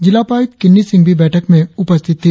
जिला उपायुक्त किन्नी सिंह भी बैठक में उपस्थित थी